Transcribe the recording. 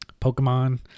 Pokemon